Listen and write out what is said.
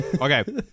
Okay